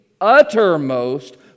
uttermost